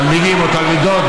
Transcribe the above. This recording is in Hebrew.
תלמידים או תלמידות,